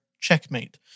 checkmate